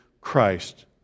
Christ